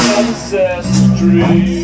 ancestry